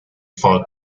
for